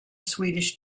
swedish